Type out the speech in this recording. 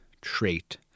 trait